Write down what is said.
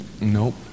nope